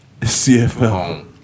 CFL